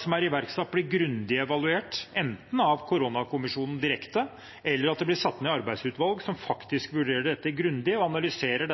som er iverksatt, blir grundig evaluert, enten av koronakommisjonen direkte eller ved at det blir satt ned arbeidsutvalg som faktisk vurderer dette grundig og analyserer